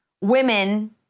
women